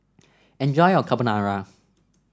enjoy your Carbonara